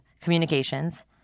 communications